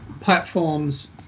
platforms